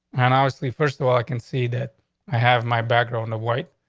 and obviously, first of all, i can see that i have my background, the white.